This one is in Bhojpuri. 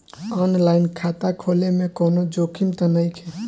आन लाइन खाता खोले में कौनो जोखिम त नइखे?